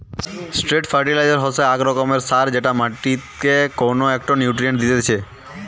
straight fertiliser হসে আক রকমের সার যেটা মাটিকে কউনো একটো নিউট্রিয়েন্ট দিতেছে